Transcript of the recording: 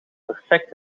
perfect